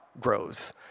grows